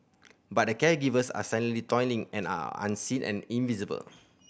but the caregivers are silently toiling and are unseen and invisible